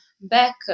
back